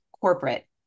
corporate